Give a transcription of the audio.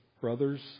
brothers